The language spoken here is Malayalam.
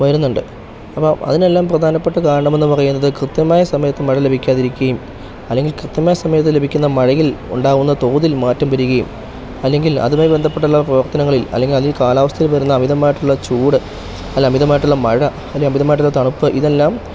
വരുന്നുണ്ട് അപ്പം അതിനെല്ലാം പ്രധാനപ്പെട്ട കാരണമെന്ന് പറയുന്നത് കൃത്യമായ സമയത്ത് മഴ ലഭിക്കാതിരിക്കുകയും അല്ലെങ്കിൽ കൃത്യമായ സമയത്ത് ലഭിക്കുന്ന മഴയിൽ ഉണ്ടാകുന്ന തോതിൽ മാറ്റം വരികയും അല്ലെങ്കിൽ അതുമായി ബന്ധപ്പെട്ടുള്ള പ്രവർത്തനങ്ങളിൽ അല്ലെങ്കിൽ അതിൽ കാലാവസ്ഥയിൽ വരുന്ന അമിതമായിട്ടുള്ള ചൂട് അല്ലേൽ അമിതമായിട്ടുള്ള മഴ അല്ലേൽ അമിതമായിട്ടുള്ള തണുപ്പ് ഇതെല്ലാം